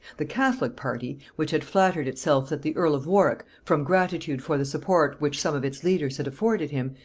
the catholic party, which had flattered itself that the earl of warwick, from gratitude for the support which some of its leaders had afforded him,